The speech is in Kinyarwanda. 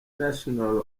national